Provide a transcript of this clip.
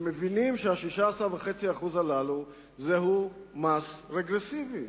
שמבינים שה-16.5% הללו הם מס רגרסיבי